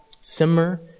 simmer